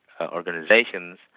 organizations